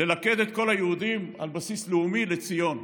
ללכד את כל היהודים על בסיס לאומי, לציון.